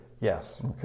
Yes